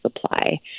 supply